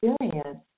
experience